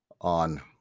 on